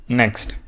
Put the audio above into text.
next